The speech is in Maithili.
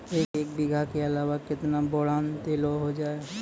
एक बीघा के अलावा केतना बोरान देलो हो जाए?